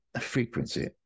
frequency